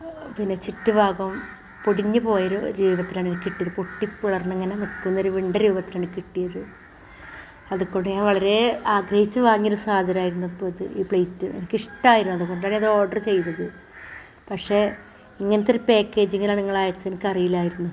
പിന്നെ ചിറ്റ് ഭാഗം പൊടിഞ്ഞ് പോയൊരു രൂപത്തിലാണെനിക്ക് കിട്ടിയത് പൊട്ടിപ്പിളർന്നിങ്ങനെ നിൽക്കുന്നൊര് വിണ്ട രൂപത്തിലാണ് കിട്ടിയത് അതിൽ കൂടെ ഞാൻ വളരേ ആഗ്രഹിച്ച് വാങ്ങിയൊര് സാധനമായിരുന്നു ഇപ്പം ഇത് ഈ പ്ലേറ്റ് എനിക്കിഷ്ടമായിരുന്നു അത് അത് കൊണ്ടാണത് ഓർഡർ ചെയ്തത് പക്ഷേ ഇങ്ങനത്തെ ഒരു പാക്കേജിങ്ങിൽ നിങ്ങളയച്ചത് എനിക്കറിയില്ലായിരുന്നു